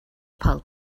pulp